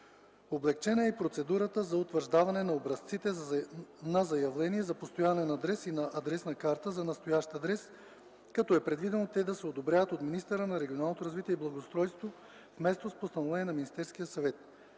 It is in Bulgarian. Облекчена е процедурата за утвърждаване на образците на заявление за постоянен адрес и на адресна карта за настоящ адрес, като е предвидено те да се одобряват от министъра на регионалното развитие и благоустройството, вместо с постановление на Министерския съвет.